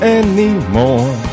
anymore